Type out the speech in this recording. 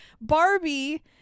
Barbie